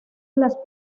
las